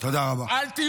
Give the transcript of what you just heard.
תודה רבה.